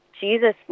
Jesus